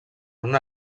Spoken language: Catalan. una